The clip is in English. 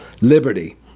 liberty